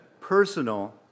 personal